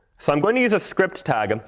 so i'm going to use a script tag, and